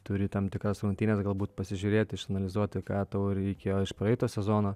turi tam tikras rungtynes galbūt pasižiūrėti išanalizuoti ką tau reikėjo iš praeito sezono